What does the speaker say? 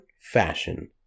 fashion